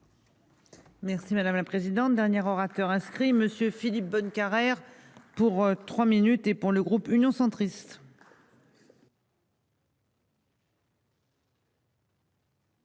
Merci madame la présidente, dernier orateur inscrit monsieur Philippe Bonnecarrère pour 3 minutes et pour le groupe Union centriste.